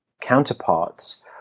counterparts